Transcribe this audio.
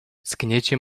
zgniecie